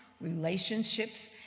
relationships